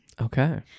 okay